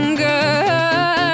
girl